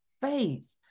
faith